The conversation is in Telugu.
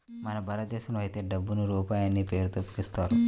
మన భారతదేశంలో అయితే డబ్బుని రూపాయి అనే పేరుతో పిలుస్తారు